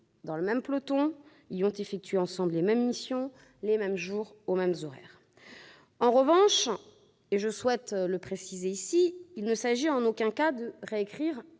dans le même peloton et y ont effectué, ensemble, les mêmes missions, les mêmes jours, aux mêmes horaires. Je souhaite préciser qu'il ne s'agit ici en aucun cas de réécrire